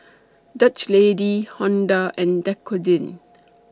Dutch Lady Honda and Dequadin